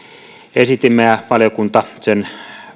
esitimme ja valiokunta sen